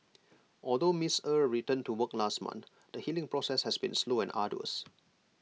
although miss er returned to work last month the healing process has been slow and arduous